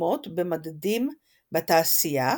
הקודמות במדדים בתעשייה,